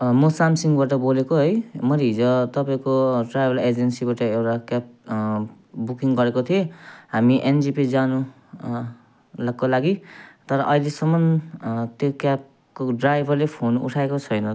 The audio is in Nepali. म सामसिङबाट बोलेको है मैले हिजो तपाईँको ट्राभल एजेन्सीबाट एउटा क्याब बुकिङ गरेको थिएँ हामी एनजेपी जानु ल को लागि तर अहिलेसम्म त्यो क्याबको ड्राइभरले फोन उठाएको छैन